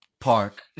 Park